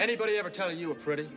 anybody ever tell you a pretty